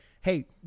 Hey